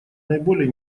наиболее